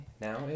Now